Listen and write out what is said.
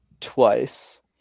twice